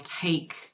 take